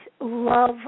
love